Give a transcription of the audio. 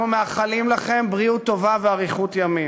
אנחנו מאחלים לכם בריאות טובה ואריכות ימים,